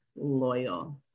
loyal